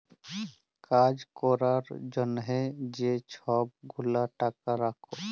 কাজ ক্যরার জ্যনহে যে ছব গুলা টাকা রাখ্যে